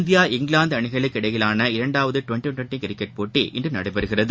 India இங்கிலாந்துஅணிகளுக்கு இடையேயான இரண்டாவதுடுவென்ட்டிடுவென்ட்டிகிரிக்கெட் போட்டி இன்றுநடைபெறுகிறது